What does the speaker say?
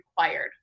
required